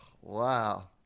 wow